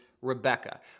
Rebecca